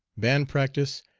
band practice,